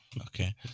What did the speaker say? Okay